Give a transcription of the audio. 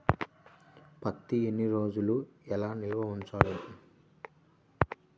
పత్తి ఎన్ని రోజులు ఎలా నిల్వ ఉంచాలి?